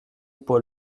paul